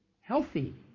healthy